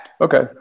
Okay